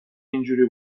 اینجوری